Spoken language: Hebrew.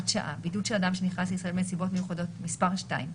שעה) (בידוד של אדם שנכנס לישראל בנסיבות מיוחדות) (מס' 2),